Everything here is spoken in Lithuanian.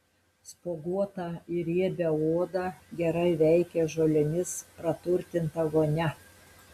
spuoguotą ir riebią odą gerai veikia žolėmis praturtinta vonia